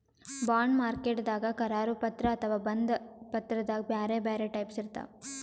bond ಮಾರ್ಕೆಟ್ದಾಗ್ ಕರಾರು ಪತ್ರ ಅಥವಾ ಬಂಧ ಪತ್ರದಾಗ್ ಬ್ಯಾರೆ ಬ್ಯಾರೆ ಟೈಪ್ಸ್ ಇರ್ತವ್